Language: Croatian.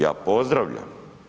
Ja pozdravljam.